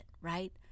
right